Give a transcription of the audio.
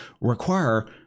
require